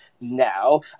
now